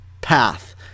path